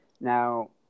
Now